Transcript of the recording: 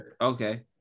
okay